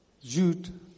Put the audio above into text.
Jude